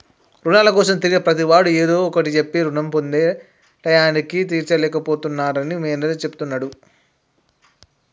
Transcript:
రుణాల కోసం తిరిగే ప్రతివాడు ఏదో ఒకటి చెప్పి రుణం పొంది టైయ్యానికి తీర్చలేక పోతున్నరని మేనేజర్ చెప్తున్నడు